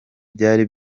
byari